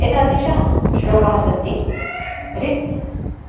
एतादृशः श्लोकः सन्ति रित्